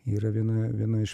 yra viena viena iš